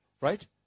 Right